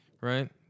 right